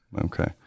Okay